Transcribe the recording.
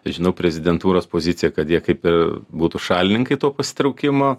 žinau prezidentūros poziciją kad jie kaip ir būtų šalininkai to pasitraukimo